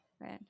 Right